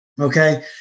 okay